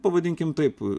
pavadinkim taip